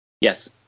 Yes